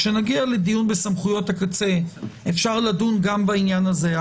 כשנגיע לדיון בסמכויות הקצה אפשר לדון גם בעניין הזה.